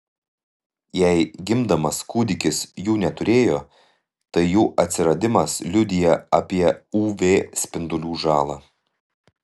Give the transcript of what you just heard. jei gimdamas kūdikis jų neturėjo tai jų atsiradimas liudija apie uv spindulių žalą